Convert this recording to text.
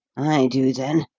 i do, then.